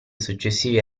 successivi